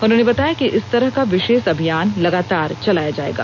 उन्होंने बताया इस तरह का विशेष अभियान लगातार चलाया जाएगा